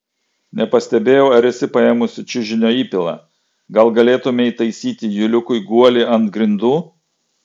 nepastebėjau ar esi paėmusi čiužinio įpilą gal galėtumei taisyti juliukui guolį ant grindų